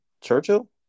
Churchill